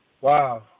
Wow